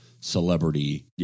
celebrity